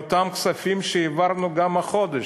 מאותם כספים שהעברנו גם החודש.